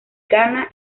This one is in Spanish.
ghana